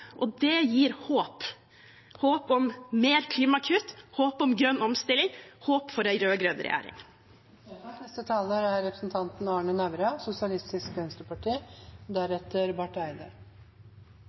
Og det gir håp – håp om mer klimakutt, håp om grønn omstilling, håp for en rød-grønn regjering.